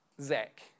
Zach